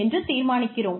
என்று தீர்மானிக்கிறோம்